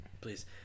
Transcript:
Please